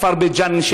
לכפר בית ג'ן,